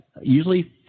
usually